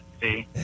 see